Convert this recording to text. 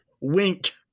Wink